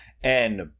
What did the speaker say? And-